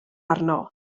arno